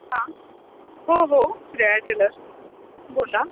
हां हो हो श्रेया टेलर बोला